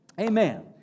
Amen